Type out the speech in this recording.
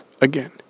again